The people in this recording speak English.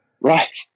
Right